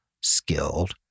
skilled